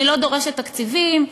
והיא לא דורשת תקציבים,